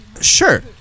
Sure